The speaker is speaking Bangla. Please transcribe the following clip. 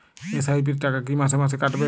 এস.আই.পি র টাকা কী মাসে মাসে কাটবে?